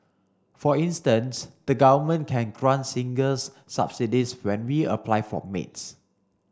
for instance the Government can grant singles subsidies when we apply for maids